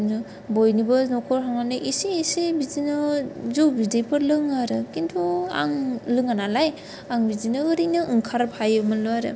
बयनिबो नखर हाबनानै एसे एसे बिदिनो जौ बिदैफोर लोङो आरो खिन्थु आं लोङा नालाय आं बिदिनो एरैनो ओंखारफायोमोन आरो